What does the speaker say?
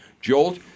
jolt